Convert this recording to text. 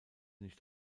nicht